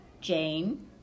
Jane